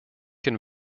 can